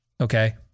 Okay